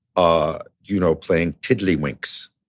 ah you know, playing tiddly winks